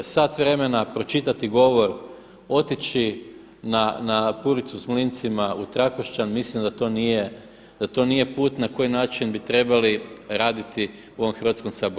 Sat vremena pročitati govor, otići na puricu s mlincima u Trakošćan mislim da to nije put na koji način bi trebali raditi u ovom Hrvatskom saboru.